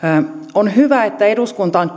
on hyvä että eduskunta on